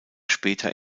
später